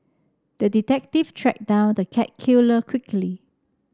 the detective tracked down the cat killer quickly